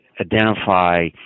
identify